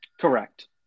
correct